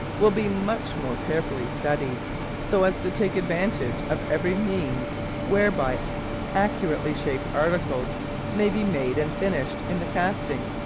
will be much more carefully studied so as to take advantage of every means whereby accurately shaped articles may be made and finished in the casting.